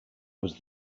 was